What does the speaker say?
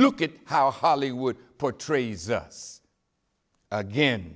look at how hollywood portrays us again